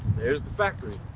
there's the factory.